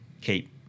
keep